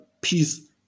peace